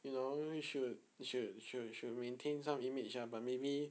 you know you should you should should should maintain some image lah but maybe